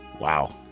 Wow